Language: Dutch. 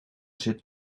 zit